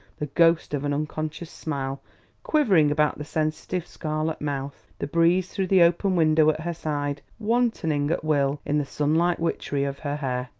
the ghost of an unconscious smile quivering about the sensitive scarlet mouth, the breeze through the open window at her side wantoning at will in the sunlit witchery of her hair.